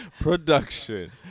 production